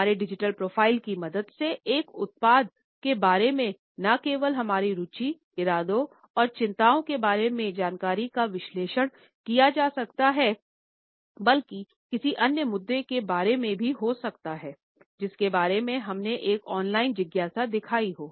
हमारे digital profile की मदद से एक उत्पाद के बारे में न केवल हमारी रुचि इरादों और चिंताओं के बारे में जानकारी का विश्लेषण किया जा सकता है बल्कि किसी अन्य मुद्दे के बारे में भी हो सकता है जिसके बारे में हमने एक ऑनलाइन जिज्ञासा दिखाई हो